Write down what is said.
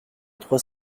trois